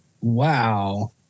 Wow